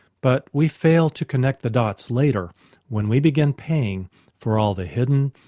but we fail to connect the dots later when we begin paying for all the hidden,